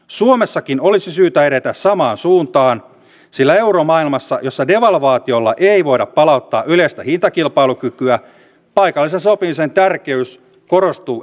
suomessakin olisi syytä edetä samaan suuntaan sillä euromaailmassa jossa devalvaatiolla ei voida palauttaa yleistä hintakilpailukykyä paikallisen sopimisen tärkeys korostuu entisestään